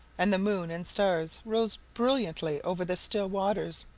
and the moon and stars rose brilliantly over the still waters,